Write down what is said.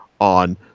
on